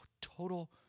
total